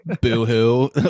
boo-hoo